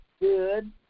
good